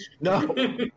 No